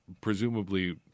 presumably